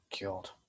God